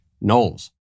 Knowles